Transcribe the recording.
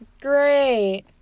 great